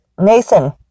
Nathan